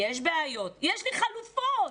יש בעיות, יש חלופות,